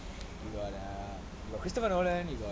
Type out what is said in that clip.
you got err christopher nolan you got